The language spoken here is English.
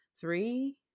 three